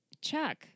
Chuck